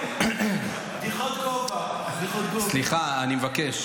בדיחות גובה --- סליחה, אני מבקש.